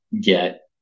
get